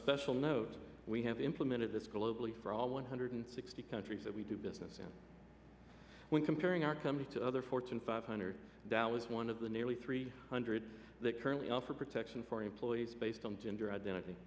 special note we have implemented this globally for all one hundred sixty countries that we do business in when comparing our company to other fortune five hundred dollars one of the nearly three hundred that currently offer protection for employees based on gender identity